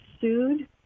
sued